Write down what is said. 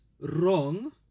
wrong